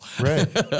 Right